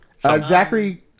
Zachary